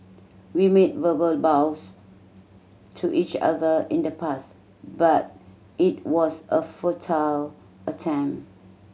we made verbal vows to each other in the past but it was a futile attempt